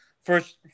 first